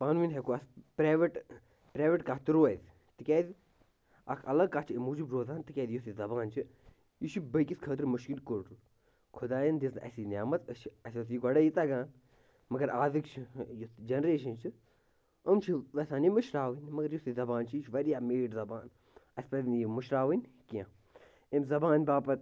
پانہٕ وٕنۍ ہٮ۪کو أسۍ پرٛاویٹ پرٛاویٹ کَتھ تہِ روزِ تِکیٛازِ اَکھ الگ کَتھ چھِ اَمہِ موٗجوٗب روزان تِکیٛازِ یُس یہِ زبان چھِ یہِ چھِ بیٚیِس خٲطرٕ مُشکِل کوٚر خۄدایَن دِژ نہٕ اَسہِ نعمٕژ أسۍ چھِ اَسہِ ٲس یہِ گۄڈَے یہِ تگان مگر اَزِٕکۍ چھِ یہِ جَنریشَن چھِ یِم چھِ یژھان یہِ مٔشراوٕنۍ مگر یُس یہِ زبان چھِ یہِ چھِ واریاہ میٖٹھ زبان اَسہِ پَزِ نہٕ یہِ مٔشراوٕنۍ کیٚنٛہہ اَمہِ زبانہِ باپتھ